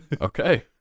okay